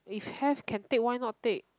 if have can take why not take